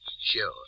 Sure